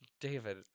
David